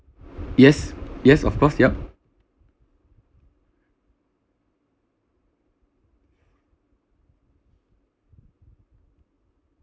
yes yes of course yup